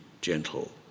gentle